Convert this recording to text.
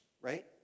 Right